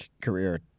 career